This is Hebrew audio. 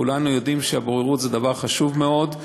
כולנו יודעים שבוררות זה דבר חשוב מאוד,